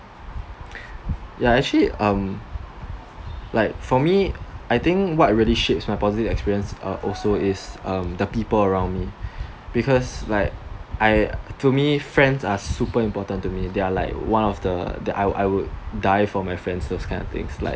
ya actually um like for me I think what I really shapes my positive experience uh also is um the people around me because like I to me friends are super important to me they are like one of the I would I would die for my friends those kind of things like